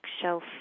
shelf